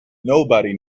nobody